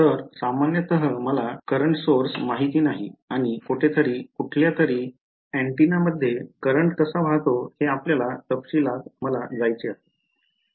तर सामान्यत मला सद्य स्त्रोत माहित नाही आणि कोठेतरी कुठल्यातरी अँटेनामध्ये करंट कसा वाहतो हे आपल्या तपशीलात मला जायचे आहे